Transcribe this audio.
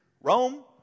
Rome